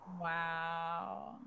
wow